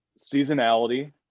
seasonality